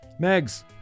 Megs